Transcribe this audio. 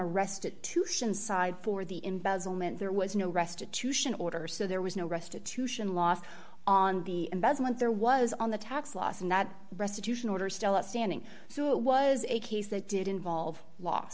a restitution side for the investment there was no restitution order so there was no restitution lost on the investment there was on the tax loss and that restitution order still outstanding so it was a case that did involve l